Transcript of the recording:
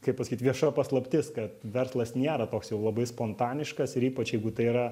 kaip pasakyt vieša paslaptis kad verslas nėra toks jau labai spontaniškas ir ypač jeigu tai yra